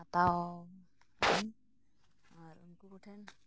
ᱦᱟᱛᱟᱣ ᱟᱹᱧ ᱟᱨ ᱩᱱᱠᱩ ᱠᱚᱴᱷᱮᱱ